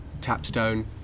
Tapstone